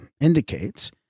indicates